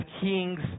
kings